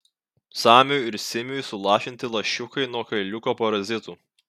samiui ir simiui sulašinti lašiukai nuo kailiuko parazitų